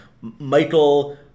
Michael